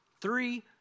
Three